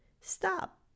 stop